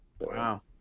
Wow